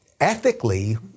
ethically